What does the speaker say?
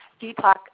Deepak